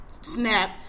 snap